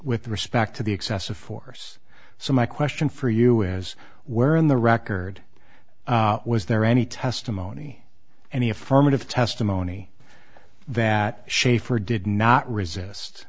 with respect to the excessive force so my question for you is where in the record was there any testimony any affirmative testimony that shaffer did not resist